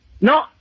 No